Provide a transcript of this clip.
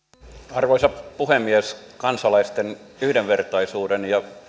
arvoisa puhemies kansalaisten yhdenvertaisuuden ja